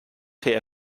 die